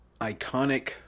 iconic